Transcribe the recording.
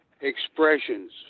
expressions